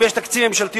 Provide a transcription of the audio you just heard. אם יש תקציב ממשלתי,